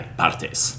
partes